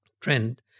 trend